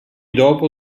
dopo